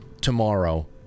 tomorrow